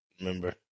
Remember